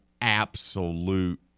absolute